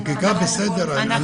החקיקה בסדר,